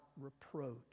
reproach